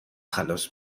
خلاص